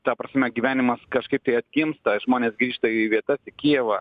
ta prasme gyvenimas kažkaip tai atgimsta žmonės grįžta į vietas į kijevą